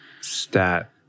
stat